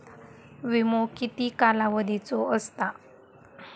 विमो किती कालावधीचो असता?